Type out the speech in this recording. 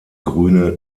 grüne